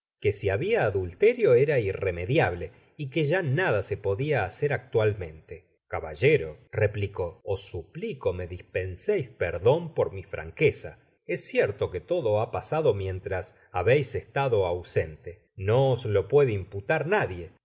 que si habia adulterio era irremediable y que ya i nada se podia hacer actualmente caballero replicó os suplico me dispenseis perdon por mi franqueza es cierto que todo ha pasado mientras babeis estado ausente no os lo puede imputar nadie